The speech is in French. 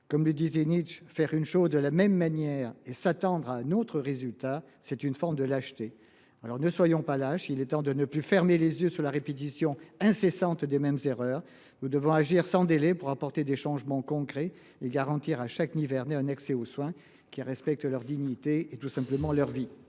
estimait que faire une chose de la même manière et s’attendre à un autre résultat était une forme de lâcheté. Mes chers collègues, ne soyons pas lâches ! Il est temps de ne plus fermer les yeux sur la répétition incessante des mêmes erreurs. Nous devons agir sans délai pour apporter des changements concrets et garantir à chaque Nivernais un accès aux soins qui respecte sa dignité et sa vie.